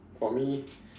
for me